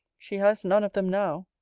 she has none of them now.